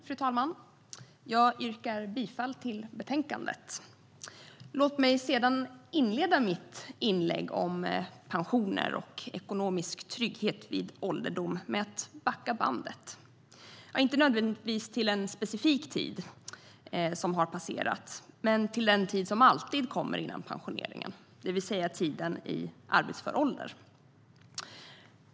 Fru talman! Jag yrkar bifall till utskottets förslag i betänkandet. Låt mig sedan inleda mitt inlägg om pensioner och ekonomisk trygghet vid ålderdom med att backa bandet, inte nödvändigtvis till en specifik tid som har passerat men till den tid som alltid kommer före pensioneringen, det vill säga tiden i arbetsför ålder.